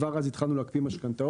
כבר אז התחלנו להקפיא משכנתאות